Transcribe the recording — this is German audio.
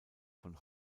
von